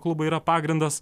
klubai yra pagrindas